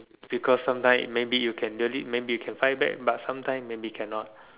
because sometime maybe you can really maybe you can find back but sometime maybe cannot